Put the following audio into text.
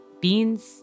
beans